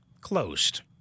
closed